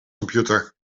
computer